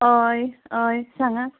हय हय सांगात